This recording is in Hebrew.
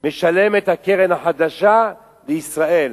משלמת הקרן החדשה לישראל.